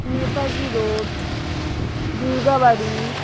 Netaji road Durgabari